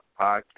podcast